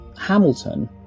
Hamilton